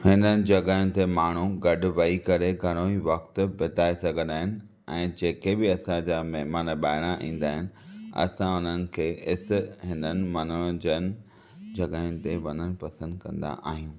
हिननि जॻहिनि ते माण्हू गॾु वेही करे घणो ई वक़्ति बिताइ सघंदा आहिनि ऐ जेके बि असांजा महिमान ॿाहिरां ईंदा आहिनि असां हुननि खे हिननि मनोरंजन जॻहिनि ते वञणु पसंदि कंदा आहियूं